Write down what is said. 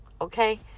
okay